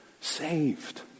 saved